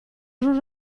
non